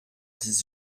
dix